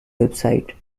website